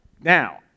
Now